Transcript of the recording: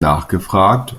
nachgefragt